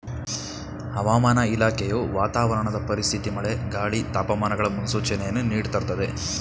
ಹವಾಮಾನ ಇಲಾಖೆಯು ವಾತಾವರಣದ ಪರಿಸ್ಥಿತಿ ಮಳೆ, ಗಾಳಿ, ತಾಪಮಾನಗಳ ಮುನ್ಸೂಚನೆಯನ್ನು ನೀಡ್ದತರೆ